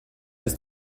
des